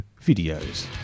videos